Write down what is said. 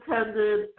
attended